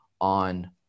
on